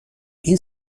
این